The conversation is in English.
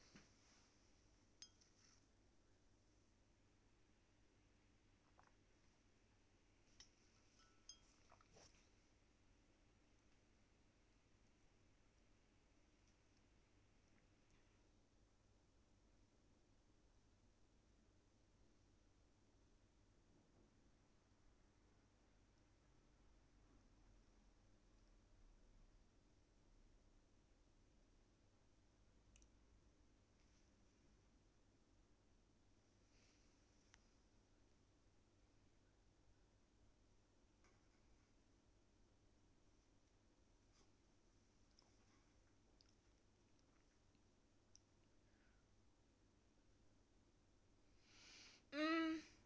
mm